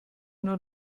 nur